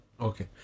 Okay